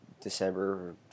December